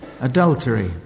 adultery